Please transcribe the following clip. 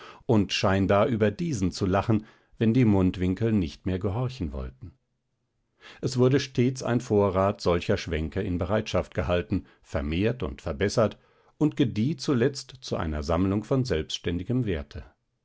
und scheinbar über diesen zu lachen wenn die mundwinkel nicht mehr gehorchen wollten es wurde stets ein vorrat solcher schwänke in bereitschaft gehalten vermehrt und verbessert und gedieh zuletzt zu einer sammlung von selbständigem werte